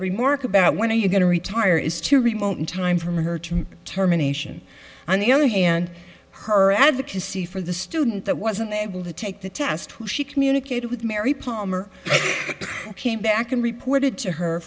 remark about when are you going to retire is too remote in time from her to terminations on the other hand her advocacy for the student that was unable to take the test who she communicated with mary palmer came back and reported to her